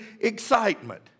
excitement